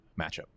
matchup